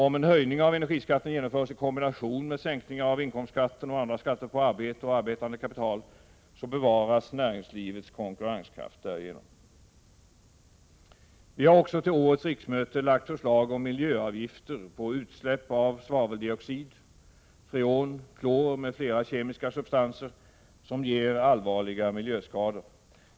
Om en höjning av energiskatten genomförs i kombination med sänkning av inkomstskatten och andra Vi har också till årets riksmöte lagt fram förslag om miljöavgifter 'på utsläpp av svaveldioxid, freon, klor m.fl. kemiska substanser som ger allvarliga miljöskador.